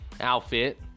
outfit